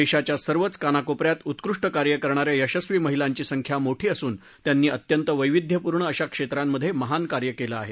देशाच्या सर्वच कानाकोपन्यात उत्कृष्ट कार्य करणाऱ्या यशस्वी महिलांची संख्या मोठी असून त्यांनी अत्यंत वैविधघ्यपूर्ण अशा क्षेत्रामध्ये महान कार्य केलं आहे